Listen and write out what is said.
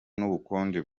n’ubukonje